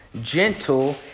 gentle